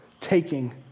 taking